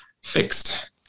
fixed